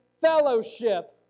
fellowship